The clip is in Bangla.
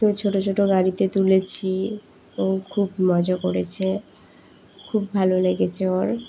তোই ছোটো ছোটো গাড়িতে তুলেছি ও খুব মজা করেছে খুব ভালো লেগেছে ওর